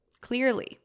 clearly